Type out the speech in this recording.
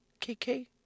KK